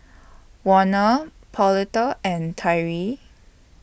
Warner Pauletta and Tyree